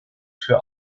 für